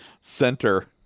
center